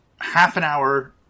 half-an-hour